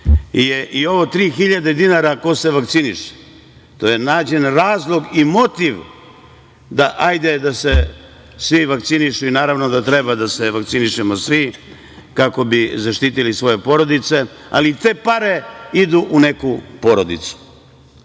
tri hiljade dinara ko se vakciniše. To je nađen razlog i motiv da se svi vakcinišu, i naravno da treba da se vakcinišemo svi, kako bi zaštitili svoje porodice, ali i te pare idu u neku porodicu. Pomoć